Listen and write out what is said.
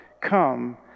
come